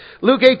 Luke